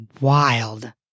wild